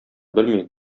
белми